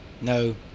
No